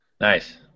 Nice